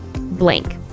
blank